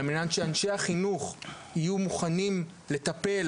על מנת שאנשי החינוך יהיו מוכנים לטפל